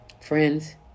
Friends